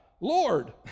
Lord